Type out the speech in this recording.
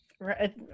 Right